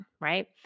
right